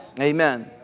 Amen